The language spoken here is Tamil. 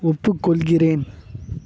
ஒப்புக்கொள்கிறேன்